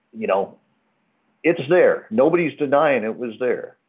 you know it's there. nobody's denying it was there.